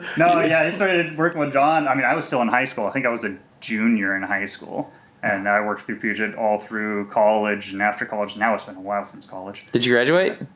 no, yeah, i started working with john, i mean i was still in high school. i think i was a junior in high school and i worked through puget all through college and after college. now it's been a while since college. did you graduate?